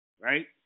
right